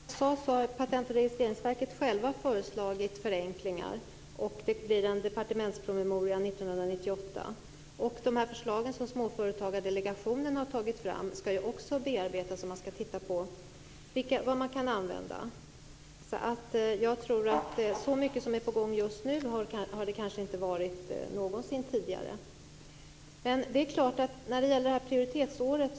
Herr talman! Man har på Patent och registreringsverket själv föreslagit förenklingar. Det kommer en departementspromemoria 1998. Förslagen från Småföretagsdelegationen skall bearbetas för att se vad som går att använda. Så mycket som är på gång nu har det inte varit någonsin tidigare. Henrik Järrel tog upp frågan om prioritetsåret.